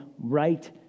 right